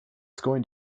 going